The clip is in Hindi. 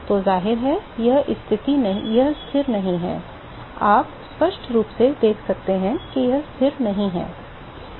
तो जाहिर है यह स्थिर नहीं है आप स्पष्ट रूप से देख सकते हैं कि यह स्थिर नहीं है